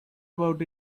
about